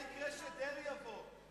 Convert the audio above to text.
מה יקרה לש"ס כשדרעי יבוא?